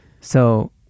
So-